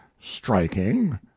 striking